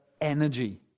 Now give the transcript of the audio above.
energy